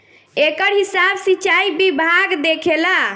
एकर हिसाब सिचाई विभाग देखेला